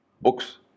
books